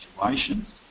situations